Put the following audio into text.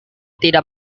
tidak